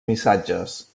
missatges